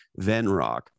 Venrock